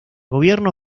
gobierno